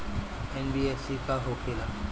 NBFC का होंखे ला?